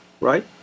Right